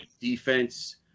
defense